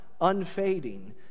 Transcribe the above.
unfading